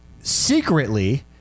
secretly